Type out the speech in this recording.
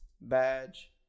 badge